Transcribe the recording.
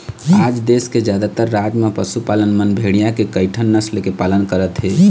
आज देश के जादातर राज म पशुपालक मन भेड़िया के कइठन नसल के पालन करत हे